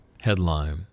Headline